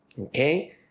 okay